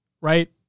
right